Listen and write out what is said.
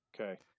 Okay